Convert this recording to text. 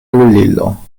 lulilo